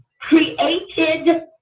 created